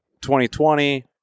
2020